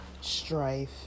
strife